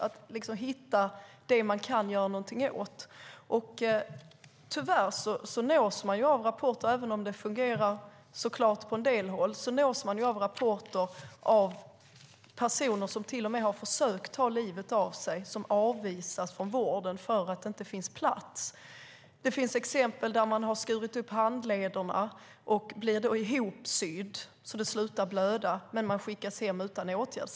Det gäller att hitta det som man kan göra någonting åt. Även om det fungerar på en del håll nås man tyvärr av rapporter om personer som till och med har försökt att ta livet av sig, men som avvisats från vården därför att det inte finns plats. Det finns exempel där man har skurit upp handlederna och blir hopsydd så att det slutar att blöda. Men man skickas hem utan åtgärd.